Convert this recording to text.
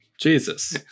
Jesus